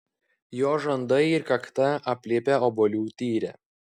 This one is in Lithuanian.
jos žandai ir kakta aplipę obuolių tyre